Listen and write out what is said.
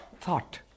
Thought